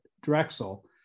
Drexel